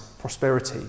prosperity